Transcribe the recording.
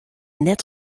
net